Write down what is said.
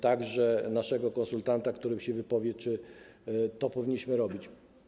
także naszego konsultanta, który się wypowie, czy powinniśmy to robić.